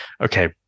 okay